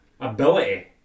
ability